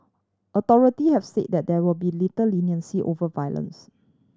authority have said that there will be little leniency over violence